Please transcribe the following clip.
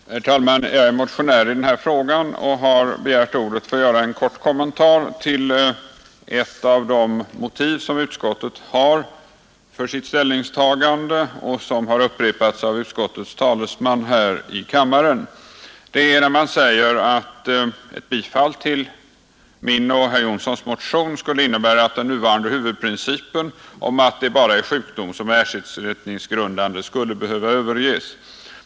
Herr talman! Jag är motionär i denna fråga och har begärt ordet för att göra en kort kommentar till ett av de motiv som utskottet har för sitt ställningstagande och som har upprepats av utskottets talesman här i kammaren. Man säger att ett bifall till min och herr Jonssons i Alingsås motion skulle innebära att den nuvarande huvudprincipen om att det bara är sjukdom som är ersättningsgrundande skulle behöva överges.